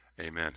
Amen